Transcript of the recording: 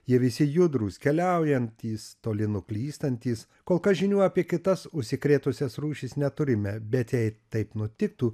jie visi judrūs keliaujantys toli nuklystantys kol kas žinių apie kitas užsikrėtusias rūšis neturime bet jei taip nutiktų